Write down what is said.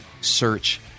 search